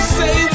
say